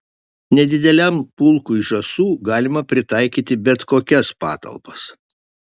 nedideliam pulkui žąsų galima pritaikyti bet kokias patalpas